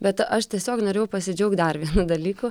bet aš tiesiog norėjau pasidžiaugt dar vienu dalyku